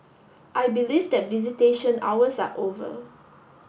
I believe that visitation hours are over